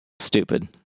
Stupid